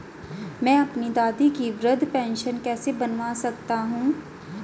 मैं अपनी दादी की वृद्ध पेंशन कैसे बनवा सकता हूँ?